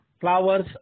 flowers